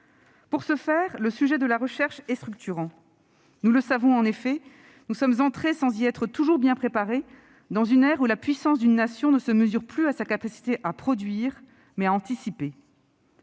perspective, le sujet de la recherche est structurant. Nous le savons, en effet : nous sommes entrés, sans y être toujours bien préparés, dans une ère où la puissance d'une nation ne se mesure plus à sa capacité à produire, mais à sa